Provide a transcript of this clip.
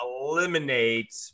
eliminate